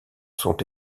sont